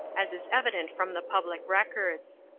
as is evident from the public records.